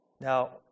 Now